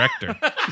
Director